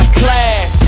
class